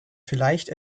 vielleicht